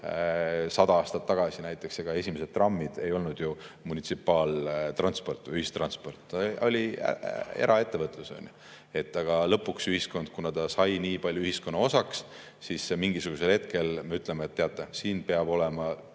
sada aastat tagasi, siis ega esimesed trammid ei olnud ju munitsipaaltransport või ühistransport. Oli eraettevõtlus, on ju. Aga lõpuks, kuna see sai nii palju ühiskonna osaks, siis mingisugusel hetkel me ütlesime, et teate, siin peab olema